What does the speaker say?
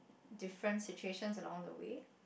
different situations along the way